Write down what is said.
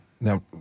now